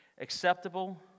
acceptable